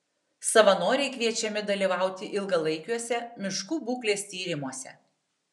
savanoriai kviečiami dalyvauti ilgalaikiuose miškų būklės tyrimuose